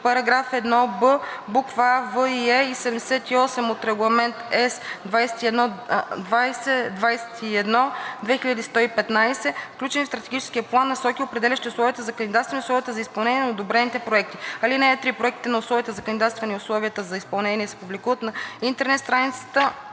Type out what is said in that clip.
параграф 1, букви „а“, „в“ – „е“ и чл. 78 от Регламент (ЕС) 2021/2115, включени в Стратегическия план, насоки, определящи условията за кандидатстване и условията за изпълнение на одобрените проекти. (3) Проектите на условията за кандидатстване и условията за изпълнение се публикуват на интернет страницата